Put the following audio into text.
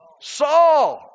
Saul